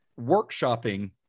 workshopping